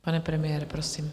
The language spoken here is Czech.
Pane premiére, prosím.